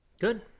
good